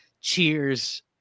cheers